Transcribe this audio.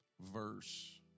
verse